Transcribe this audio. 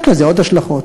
יש לזה עוד השלכות.